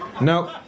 Nope